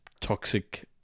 toxic